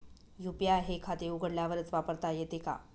UPI हे खाते उघडल्यावरच वापरता येते का?